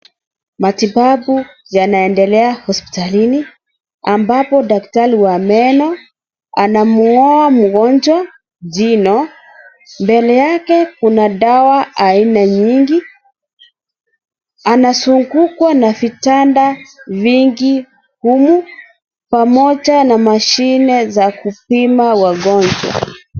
Matibabu yanaendelea hospitalini ambapo daktari wa meno anamng'oa mgonjwa jino. Mbele yake kuna dawa aina nyingi. Anazungukwa na vitanda vingi humu pamoja na mashine za kupima wagonjwa.